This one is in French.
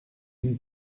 une